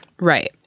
Right